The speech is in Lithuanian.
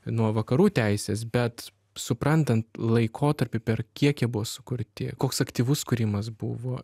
nuo vakarų teisės bet suprantant laikotarpį per kiek jie buvo sukurti koks aktyvus kūrimas buvo